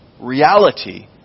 reality